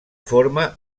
forma